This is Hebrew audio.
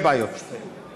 שתי בעיות, שתי.